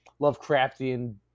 Lovecraftian